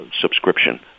subscription